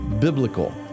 biblical